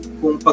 kung